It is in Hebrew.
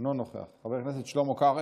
אינו נוכח, חבר הכנסת שלמה קרעי,